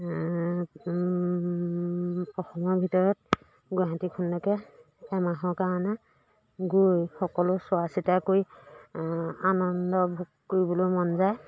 অসমৰ ভিতৰত গুৱাহাটীখনকে এমাহৰ কাৰণে গৈ সকলো চোৱা চিতা কৰি আনন্দভোগ কৰিবলৈ মন যায়